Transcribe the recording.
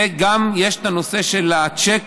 וגם יש את נושא הצ'קים,